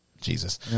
Jesus